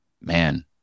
man